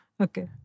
Okay